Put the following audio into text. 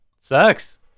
sucks